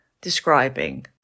describing